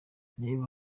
niba